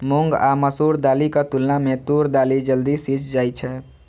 मूंग आ मसूर दालिक तुलना मे तूर दालि जल्दी सीझ जाइ छै